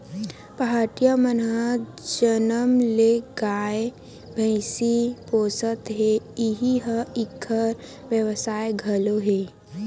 पहाटिया मन ह जनम ले गाय, भइसी पोसत हे इही ह इंखर बेवसाय घलो हे